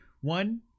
One